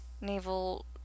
naval